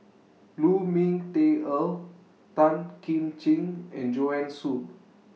Lu Ming Teh Earl Tan Kim Ching and Joanne Soo